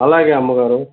అలాగే అమ్మగారు